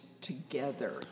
together